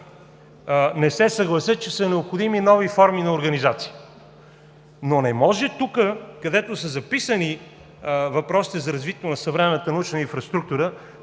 не се съглася, че са необходими нови форми на организация. Но не може тук, където са записани въпросите за развитието на съвременната научна инфраструктура,